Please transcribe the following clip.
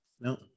no